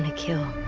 and kill